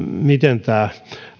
miten tämä